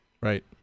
Right